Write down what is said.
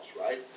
right